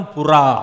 Pura